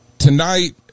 Tonight